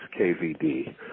KVD